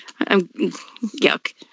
Yuck